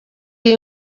iyi